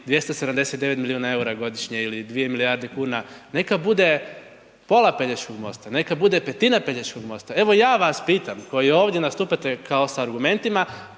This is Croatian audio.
279 milijuna eura godišnje ili 2 milijarde kuna, neka bude pola Pelješkog mosta, neko bude petina Pelješkog mosta. Evo ja vas pitam, koji ovdje nastupate kao s argumentima,